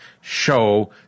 show